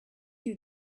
you